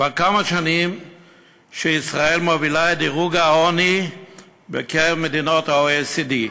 כבר כמה שנים ישראל מובילה את דירוג העוני בקרב מדינות ה-OECD.